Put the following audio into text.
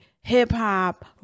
hip-hop